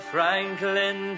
Franklin